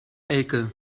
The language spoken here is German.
elke